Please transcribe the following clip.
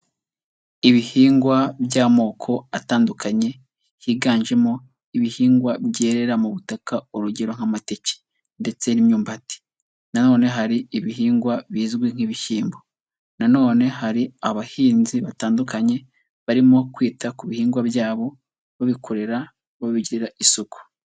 Ibihingwa by'amoko atandukanye higanjemo ibihingwa byerera mu butaka, urugero nk'amateke ndetse n'imyumbati, na none hari ibihingwa bizwi nk'ibishyimbo, na none hari abahinzi batandukanye barimo kwita ku bihingwa byabo babikorera babigira isuku.